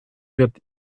wird